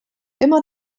immer